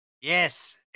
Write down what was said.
Yes